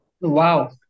wow